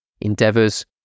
endeavors